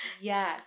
Yes